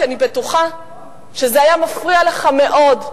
כי אני בטוחה שזה היה מפריע לך מאוד,